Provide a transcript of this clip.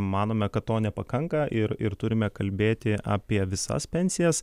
manome kad to nepakanka ir ir turime kalbėti apie visas pensijas